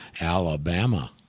Alabama